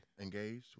engaged